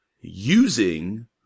using